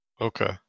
Okay